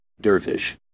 Dervish